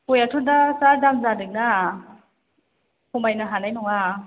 गयआथ' दा जा दाम जादोंना खमायनो हानाय नङा